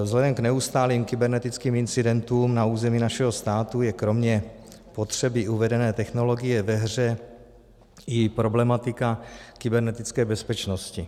Vzhledem k neustálým kybernetickým incidentům na území našeho státu je kromě potřeby uvedené technologie ve hře i problematika kybernetické bezpečnosti.